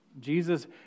Jesus